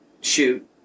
shoot